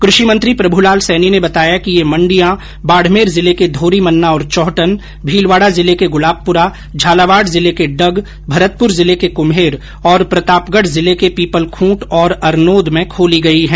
कृषि मंत्री प्रभुलाल सैनी ने बताया कि ये मंडिया बाडमेर जिले के धोरीमन्ना और चोहटन भीलवाडा जिले के गुलाबपुरा झालावाड जिले के डग भरतपुर जिले के कुम्हेर और प्रतापगढ जिले के पीपलखूंट और अरनोद में खोली गई है